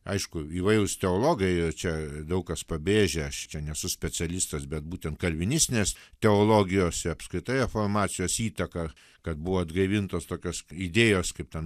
aišku įvairūs teologai čia daug kas pabrėžia aš čia nesu specialistas bet būtent kalvinistinės teologijose apskritai reformacijos įtaka kad buvo atgaivintos tokios idėjos kaip ten